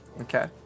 Okay